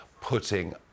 putting